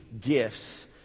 gifts